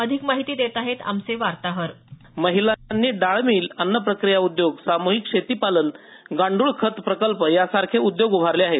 अधिक माहिती देत आहेत आमचे वार्ताहर महिलांनी डाळ मिल अन्नप्रक्रिया उद्योग सामूहिक शेती पालन गांडूळ खत प्रकल्प यासारखे उद्योग उभारले आहेत